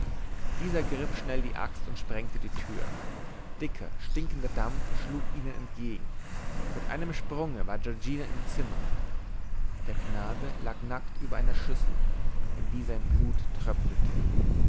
dieser ergriff schnell die axt und sprengte die tür dicker stinkender dampf schlug ihnen entgegen mit einem sprunge war giorgina im zimmer der knabe lag nackt über einer schüssel in die sein blut tröpfelte